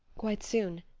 quite soon.